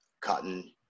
cotton